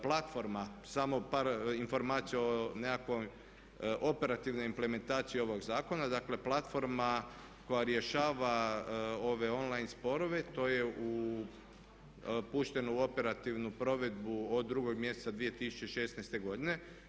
Platforma, samo par informacija o nekakvoj operativnoj implementaciji ovog zakona, dakle platforma koja rješava ove online sporove to je pušteno u operativnu provedbu od 2.mjeseca 2016.godine.